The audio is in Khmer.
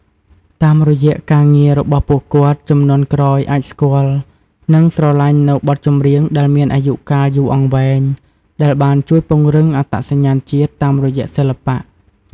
តាមរយៈការងាររបស់ពួកគាត់ ជំនាន់ក្រោយអាចស្គាល់ និងស្រឡាញ់នូវបទចម្រៀងដែលមានអាយុកាលយូរអង្វែង ដែលបានជួយពង្រឹង អត្តសញ្ញាណជាតិ តាមរយៈសិល្បៈ។